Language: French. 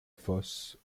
fosse